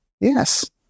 Yes